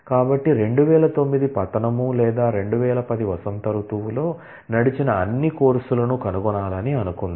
కాబట్టి 2009 ఫాల్ లో లేదా 2010 స్ప్రింగ్ లో నడిచిన అన్ని కోర్సులను కనుగొనాలని అనుకుందాం